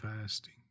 fasting